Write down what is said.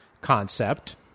concept